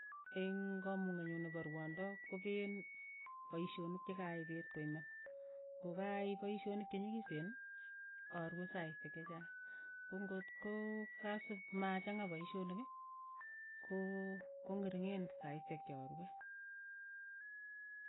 Eng' kamung'et nyu ne po rwondo ko peen poishonik che kayai peet koimen, ko kayai poishonik che nyikisen. arue saishek che chaang, ko ngot koo kasip ma changa poishonik, ko- kong'ering'en saishek cha rue.